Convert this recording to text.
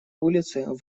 улицы